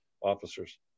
officers